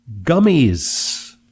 Gummies